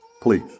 Please